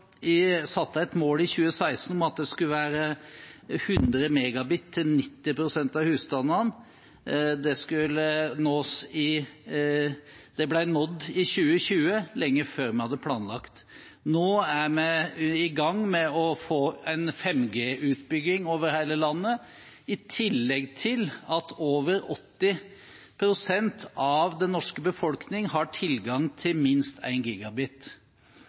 et mål i 2016 om at det skulle være 100 Mbit til 90 pst. av husstandene. Det ble nådd i 2020, lenge før vi hadde planlagt. Nå er vi i gang med å få en 5G-utbygging over hele landet, i tillegg til at over 80 pst. av den norske befolkning har tilgang til minst